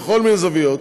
בכל מיני זוויות,